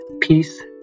peace